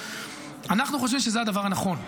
אנחנו חושבים שזה הדבר הנכון,